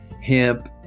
hemp